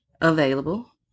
available